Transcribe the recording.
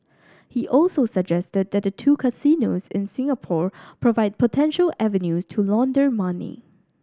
he also suggested that the two casinos in Singapore provide potential avenues to launder money